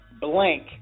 blank